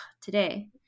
today